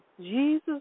Jesus